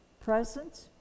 present